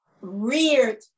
reared